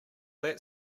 that